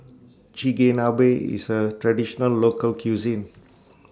Chigenabe IS A Traditional Local Cuisine